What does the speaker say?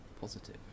positive